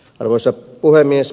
arvoisa puhemies